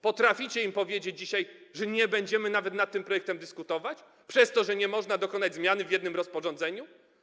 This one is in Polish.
Potraficie im dzisiaj powiedzieć, że nie będziemy nawet nad tym projektem dyskutować przez to, że nie można dokonać zmiany w jednym rozporządzeniu?